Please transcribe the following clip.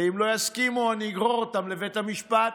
ואם לא יסכימו, אני אגרור אותם לבית המשפט.